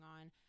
on